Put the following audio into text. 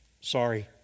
Sorry